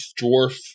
dwarf